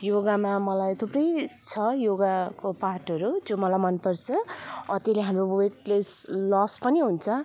योगामा मलाई थुप्रै छ योगाको पार्टहरू जो मलाई मनपर्छ कतिले हाम्रो वेट लेस लोस पनि हुन्छ